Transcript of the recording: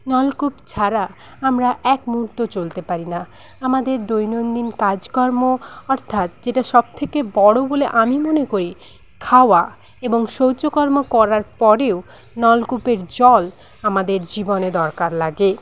নলকূপ ছাড়া আমরা এক মুহূর্ত চলতে পারি না আমাদের দৈনন্দিন কাজকর্ম অর্থাৎ যেটা সবথেকে বড় বলে আমি মনে করি খাওয়া এবং শৌচকর্ম করার পরেও নলকূপের জল আমাদের জীবনে দরকার লাগে